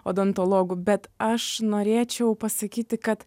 odontologų bet aš norėčiau pasakyti kad